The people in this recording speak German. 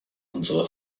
unsere